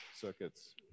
circuits